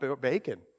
bacon